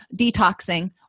detoxing